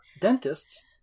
dentists